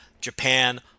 Japan